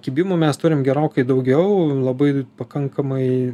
kibimų mes turim gerokai daugiau labai pakankamai